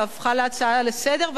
והפכה להצעה לסדר-היום,